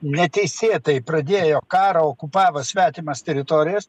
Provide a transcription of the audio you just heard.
neteisėtai pradėjo karą okupavo svetimas teritorijas